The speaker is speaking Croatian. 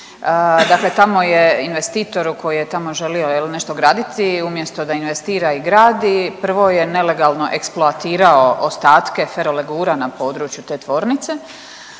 dakle tamo je investitoru koji je tamo želio nešto graditi umjesto da investira i gradi prvo je nelegalno eksploatirao ostatke ferolegura na području te tvornice,